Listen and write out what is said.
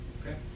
Okay